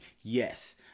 Yes